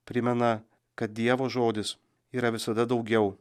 primena kad dievo žodis yra visada daugiau